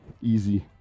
Easy